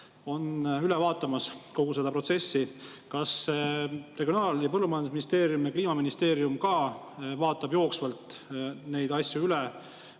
on üle vaatamas kogu seda protsessi. Kas Regionaal- ja Põllumajandusministeerium ning Kliimaministeerium ka vaatavad jooksvalt neid asju üle